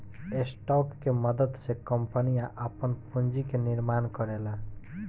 stock के मदद से कंपनियां आपन पूंजी के निर्माण करेला